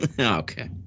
Okay